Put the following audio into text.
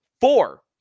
Four